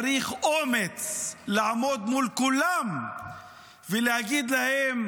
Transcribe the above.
צריך אומץ לעמוד מול כולם ולהגיד להם: